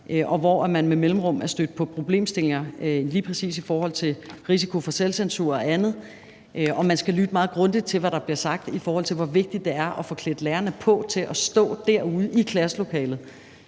og hvor man med mellemrum er stødt på problemstillinger lige præcis i forhold til risiko for selvcensur og andet, og man skal lytte meget grundigt til, hvad der bliver sagt, i forhold til hvor vigtigt det er at få klædt lærerne på til at stå derude i klasselokalet